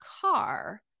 car